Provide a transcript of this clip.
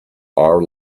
our